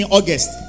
August